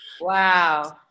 Wow